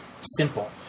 simple